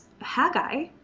Haggai